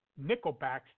nickelbacks